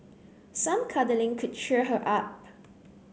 some cuddling could cheer her up